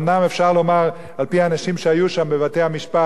אומנם אפשר לומר לפי האנשים שהיו שם בבתי-המשפט